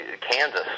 Kansas